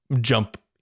jump